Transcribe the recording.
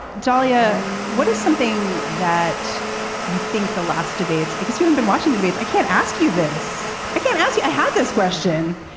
dalia, what is something that you think the last debates because you have been watching the debates. i can't ask you this. i can't ask you. i had this question.